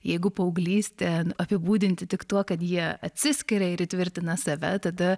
jeigu paauglystę apibūdinti tik tuo kad jie atsiskiria ir įtvirtina save tada